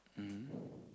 mm